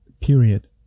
period